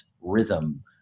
rhythm